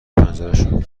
پنجرشون